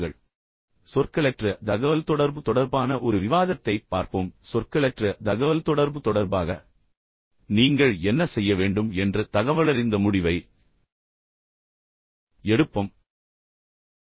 இப்போது சொற்களற்ற தகவல்தொடர்பு தொடர்பான ஒரு விவாதத்தைப் பார்ப்போம் பின்னர் சொற்களற்ற தகவல்தொடர்பு தொடர்பாக நீங்கள் என்ன செய்ய வேண்டும் என்று தகவலறிந்த முடிவை எடுப்போம்